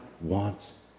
wants